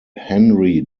henri